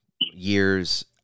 years